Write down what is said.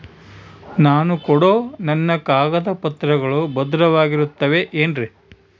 ನಾನು ಕೊಡೋ ನನ್ನ ಕಾಗದ ಪತ್ರಗಳು ಭದ್ರವಾಗಿರುತ್ತವೆ ಏನ್ರಿ?